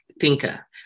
thinker